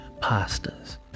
pastas